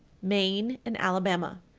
maine and alabama.